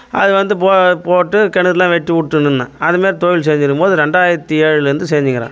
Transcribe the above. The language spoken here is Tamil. அது வந்து போ போட்டு கிணறுலாம் வெட்டி விட்டுன்னு இருந்தேன் அதேமாதிரி தொழில் செஞ்சின்னு இருக்கும் போது ரெண்டாயிரத்தி ஏழுலேருந்து செஞ்சின்னுக்குறேன்